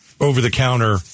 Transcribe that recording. over-the-counter